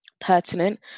pertinent